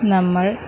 നമ്മൾ